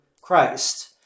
Christ